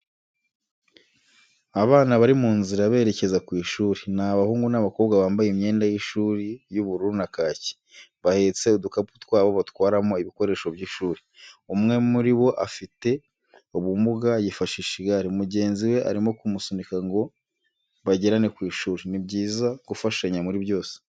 Abana bari mu nzira berekeza ku ishuri, ni abahungu n'abakobwa bambaye imyenda y'ishuri y'ubururu na kaki, bahetse udukapu twabo batwaramo ibikoresho by'ishuri, umwe muri bo afite ubumuga yifashisha igare, mugenzi we arimo kumusunika ngo bagerane ku ishuri. Ni byiza gufashanya muri byose.